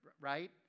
right